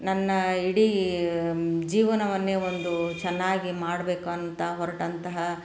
ನನ್ನ ಇಡೀ ಜೀವನವನ್ನೇ ಒಂದು ಚೆನ್ನಾಗಿ ಮಾಡ್ಬೇಕು ಅಂತ ಹೊರಟಂತಹ